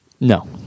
No